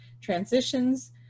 transitions